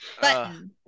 button